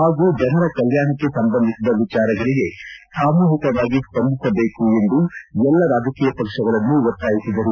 ಹಾಗೂ ಜನರ ಕಲ್ಲಾಣಕ್ಕೆ ಸಂಬಂಧಿಸಿದ ವಿಚಾರಗಳಿಗೆ ಸಾಮೂಹಿಕವಾಗಿ ಸ್ವಂದಿಸಬೇಕು ಎಂದು ಎಲ್ಲಾ ರಾಜಕೀಯ ಪಕ್ಷಗಳನ್ನು ಒತ್ತಾಯಿಸಿದರು